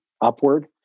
upward